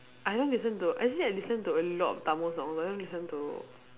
I don't listen to actually I listen to a lot of Tamil song but I don't listen to